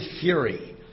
fury